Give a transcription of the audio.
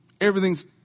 Everything's